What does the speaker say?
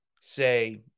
say